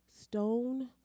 stone